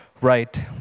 right